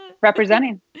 representing